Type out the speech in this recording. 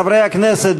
חברי הכנסת,